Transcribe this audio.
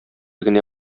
генә